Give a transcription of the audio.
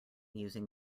using